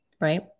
Right